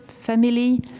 family